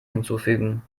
hinzufügen